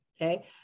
okay